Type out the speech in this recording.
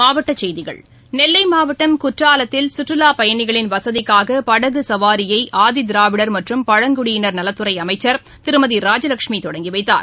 மாவட்டச் செய்திகள் நெல்லை மாவட்டம் குற்றாலத்தில் சுற்றுவா பயணிகளின் வசதிக்காக படகு சவாரியை ஆதி திராவிடர் மற்றும் பழங்குடியினர் நலத்துறை அமைச்சர் திருமதி ராஜலட்சுமி தொடங்கிவைத்தார்